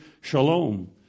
shalom